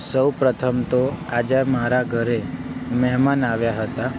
સૌપ્રથમ તો આજે મારા ઘરે મહેમાન આવ્યાં હતાં